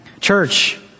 Church